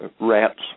rats